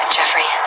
Jeffrey